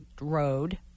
Road